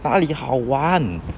哪里好玩